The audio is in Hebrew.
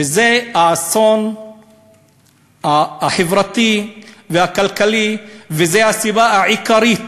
וזה האסון החברתי והכלכלי, וזו הסיבה העיקרית